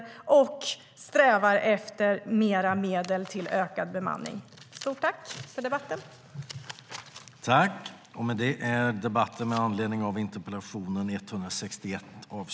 Jag strävar också efter mer medel till ökad bemanning. Överläggningen var härmed avslutad.